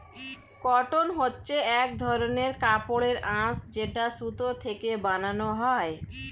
cotton হচ্ছে এক ধরনের কাপড়ের আঁশ যেটা সুতো থেকে বানানো হয়